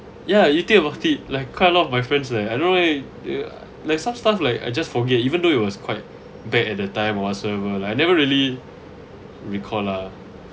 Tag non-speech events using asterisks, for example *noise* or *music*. ya you think about it like quite a lot of my friends leh I don't know eh *noise* like some stuff like I just forget even though it was quite bad at the time or whatsoever I never really recall lah